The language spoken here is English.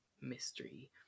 mystery